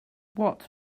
what